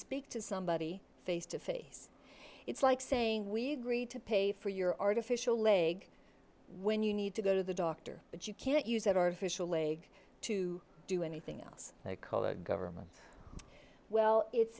speak to somebody face to face it's like saying we agree to pay for your artificial leg when you need to go to the doctor but you can't use that artificial leg to do anything else they call a government well